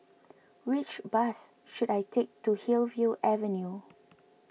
which bus should I take to Hillview Avenue